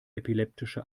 epileptische